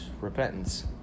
repentance